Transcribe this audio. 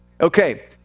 Okay